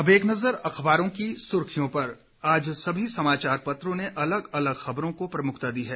और अब एक नज़र अख़बारों की सुर्खियां पर आज सभी समाचार पत्रों ने अलग अलग खबरों को प्रमुखता दी है